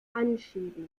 anschieben